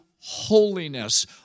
holiness-